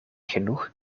genoeg